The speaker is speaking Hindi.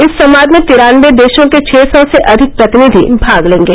इस संवाद में तिरानबे देशों के छः सौ से अधिक प्रतिनिधि भाग लेंगे